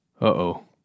uh-oh